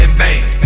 bang